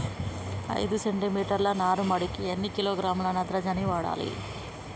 ఐదు సెంటి మీటర్ల నారుమడికి ఎన్ని కిలోగ్రాముల నత్రజని వాడాలి?